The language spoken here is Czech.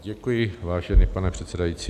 Děkuji, vážený pane předsedající.